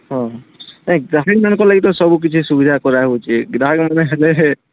ହଁ ନାଇଁ ଗ୍ରାହକମାନ୍ଙ୍କର୍ ଲାଗି ତ ସବୁ କିଛି ସୁବିଧା କରାହଉଛେ ଗ୍ରାହାକମାନେ ହେଲେ